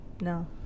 No